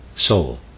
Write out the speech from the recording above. Soul